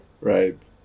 Right